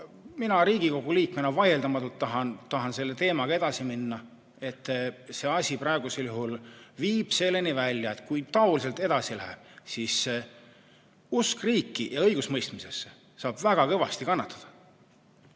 Riigikogu liikmena vaieldamatult tahan selle teemaga edasi minna. See asi viib praegusel juhul välja selleni, et kui taoliselt edasi läheb, siis usk riiki ja õigusemõistmisse saab väga kõvasti kannatada. Üks